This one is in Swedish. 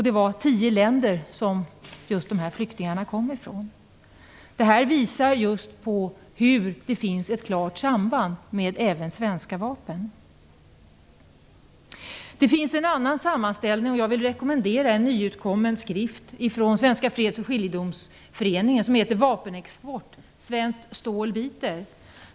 Dessa flyktingar kom från tio olika länder. Det visar att det finns ett klart samband även med svenska vapen. Jag vill också rekommendera en nyutkommen skrift från Svenska freds och skiljedomsföreningen. Den heter Vapenexport - svenskt stål biter.